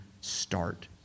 start